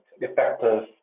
effective